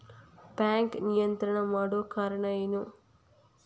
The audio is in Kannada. ಬ್ಯಾಂಕ್ ನಿಯಂತ್ರಣ ಮಾಡೊ ಕಾರ್ಣಾ ಎನು?